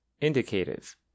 indicative